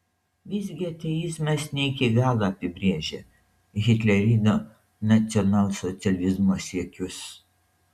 visgi ateizmas ne iki galo apibrėžia hitlerinio nacionalsocializmo siekius